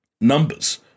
numbers